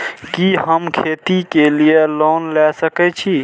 कि हम खेती के लिऐ लोन ले सके छी?